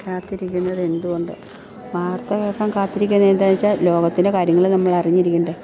കാത്തിരിക്കുന്നത് എന്തുകൊണ്ട് വാർത്ത കേൾക്കാൻ കാത്തിരിക്കുന്നത് എന്താണെന്ന് വെച്ചാൽ ലോകത്തിൻ്റെ കാര്യങ്ങൾ നമ്മൾ അറിഞ്ഞിരിക്കണ്ടേ